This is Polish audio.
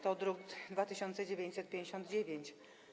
To druk nr 2959.